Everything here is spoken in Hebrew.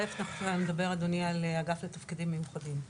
אתה מדבר אדוני על אגף לתפקידים מיוחדים,